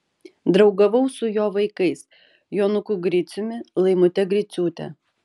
draugavau su jo vaikais jonuku griciumi laimute griciūte